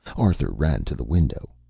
arthur ran to the window.